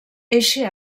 eixe